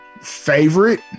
Favorite